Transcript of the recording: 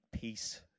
peace